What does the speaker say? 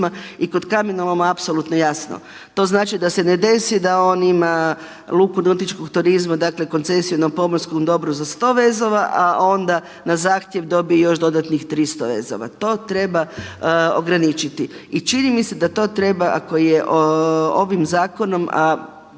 i kod kamenoloma apsolutno jasno. To znači da se ne desi da on ima luku nautičkog turizma, dakle koncesiju na pomorskom dobru za sto vezova a onda na zahtjev dobije još dodatnih 300 vezova. To treba ograničiI čini mi se da to treba ako je ovim zakonom,